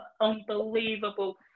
unbelievable